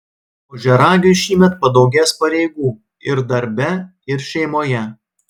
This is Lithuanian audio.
ožiaragiui šįmet padaugės pareigų ir darbe ir šeimoje